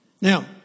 Now